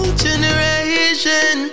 generation